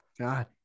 God